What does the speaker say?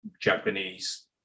Japanese